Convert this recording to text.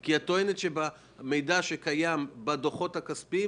את טוענת שהמידע שקיים בדוחות הכספיים